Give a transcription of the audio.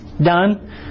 done